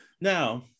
Now